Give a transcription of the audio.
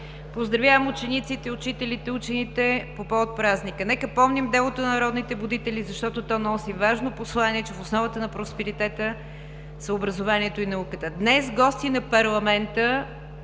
Поздравявам учениците, учителите и учените по повод празника. Нека помним делото на народните будители, защото то носи важно послание, че в основата на просперитета са образованието и науката. Днес гости на парламента